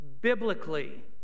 Biblically